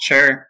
Sure